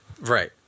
Right